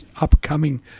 upcoming